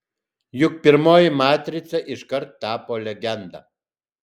juk pirmoji matrica iškart tapo legenda